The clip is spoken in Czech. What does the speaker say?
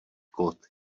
kód